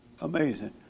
Amazing